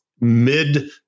mid